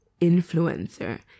influencer